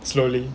slowly